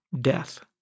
death